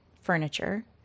furniture